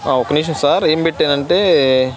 ఒక నిమిషం సార్ ఏం పెట్టానంటే